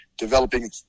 Developing